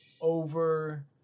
over